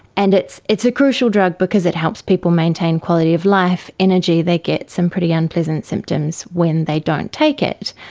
and it's it's a crucial drug because it helps people maintain quality of life, energy. they get some pretty unpleasant symptoms when they don't take it.